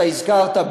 אתה הזכרת,